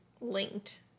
linked